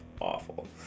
awful